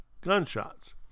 gunshots